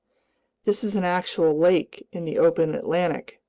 this is an actual lake in the open atlantic,